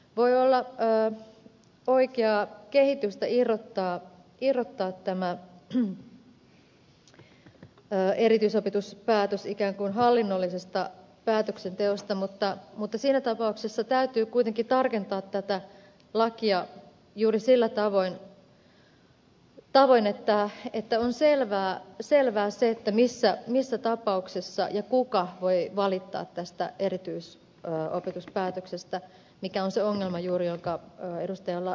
voi olla oikeaa kehitystä irrottaa tämä erityisopetuspäätös ikään kuin hallinnollisesta päätöksenteosta mutta siinä tapauksessa täytyy kuitenkin tarkentaa tätä lakia juuri sillä tavoin että on selvää se missä tapauksessa ja kuka voi valittaa tästä erityisopetuspäätöksestä mikä on se ongelma juuri jonka ed